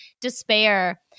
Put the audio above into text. despair